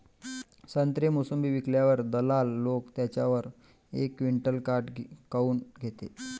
संत्रे, मोसंबी विकल्यावर दलाल लोकं त्याच्यावर एक क्विंटल काट काऊन घेते?